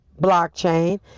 blockchain